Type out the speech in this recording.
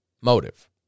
motive